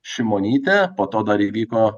šimonytė po to dar įvyko